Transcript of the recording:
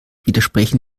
widersprechen